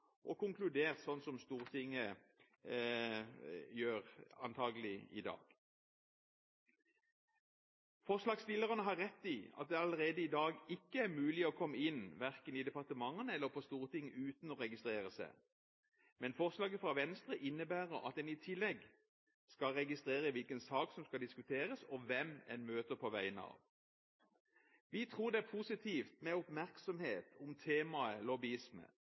Stortinget antakelig vil gjøre i dag. Forslagsstilleren har rett i at det allerede i dag ikke er mulig å komme inn verken i departementene eller på Stortinget uten å registrere seg. Men forslaget fra Venstre innebærer at en i tillegg skal registrere hvilken sak som skal diskuteres, og hvem en møter på vegne av. Vi tror det er positivt med oppmerksomhet om temaet